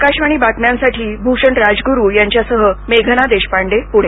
आकाशवाणी बातम्यांसाठी भूषण राजगुरू यांच्यासह मेघना देशपांडे पुणे